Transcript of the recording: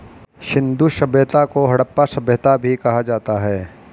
सिंधु सभ्यता को हड़प्पा सभ्यता भी कहा जाता है